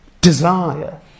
desire